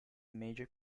major